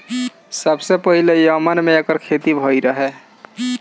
सबसे पहिले यमन में एकर खेती भइल रहे